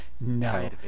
No